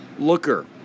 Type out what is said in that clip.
Looker